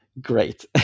great